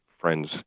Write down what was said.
friends